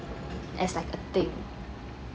as like a thing